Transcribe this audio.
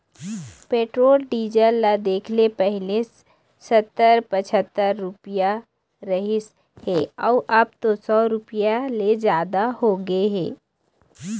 petrol diesel ल देखले पहिली सत्तर, पछत्तर रूपिया रिहिस हे अउ अब तो सौ रूपिया ले जादा होगे हे